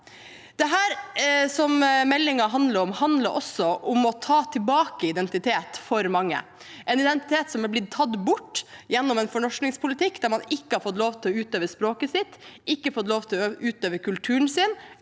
for mange også om å ta tilbake identitet, en identitet som er blitt tatt bort gjennom en fornorskingspolitikk der man ikke har fått lov til å utøve språket sitt, ikke fått lov til å utøve kulturen sin